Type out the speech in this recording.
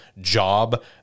job